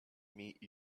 meet